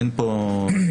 אין פה נציג.